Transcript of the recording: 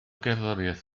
gerddoriaeth